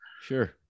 Sure